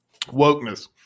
wokeness